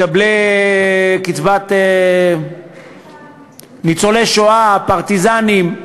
מקבלי קצבת ניצולי השואה, פרטיזנים,